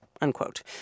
unquote